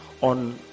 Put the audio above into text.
on